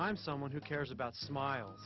i'm someone who cares about smile